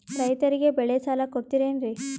ರೈತರಿಗೆ ಬೆಳೆ ಸಾಲ ಕೊಡ್ತಿರೇನ್ರಿ?